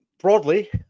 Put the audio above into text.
Broadly